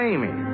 Amy